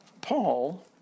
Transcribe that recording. Paul